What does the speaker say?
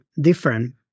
different